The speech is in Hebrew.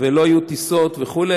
ולא יהיו טיסות וכו',